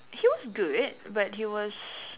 he was good but he was